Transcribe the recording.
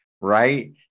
right